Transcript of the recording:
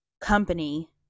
company